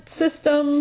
system